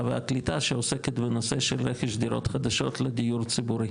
והקליטה שעוסקת בנושא של רכש דירות חדשות לדיור ציבורי,